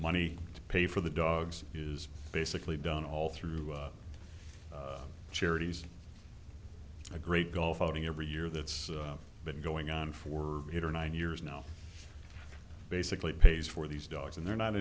money to pay for the dogs is basically done all through charities a great golf outing every year that's been going on for eight or nine years now basically pays for these dogs and they're not